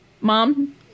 Mom